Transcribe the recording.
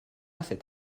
cet